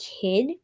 kid